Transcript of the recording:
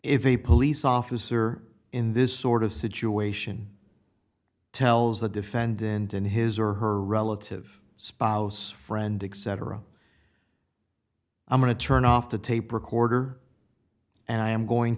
if a police officer in this sort of situation tells the defendant and his or her relative spouse friend dick cetera i'm going to turn off the tape recorder and i am going